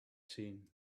seen